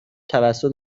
توسط